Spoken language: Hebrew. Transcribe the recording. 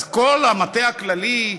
אז כל המטה הכללי,